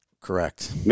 Correct